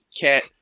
cat